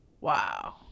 wow